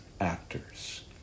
actors